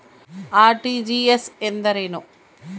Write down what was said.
RTGS ಎಂದರೇನು?